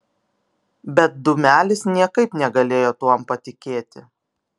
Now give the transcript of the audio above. bet dūmelis niekaip negalėjo tuom patikėti